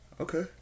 Okay